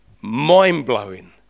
mind-blowing